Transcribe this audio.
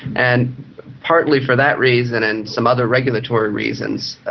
and partly for that reason and some other regulatory reasons,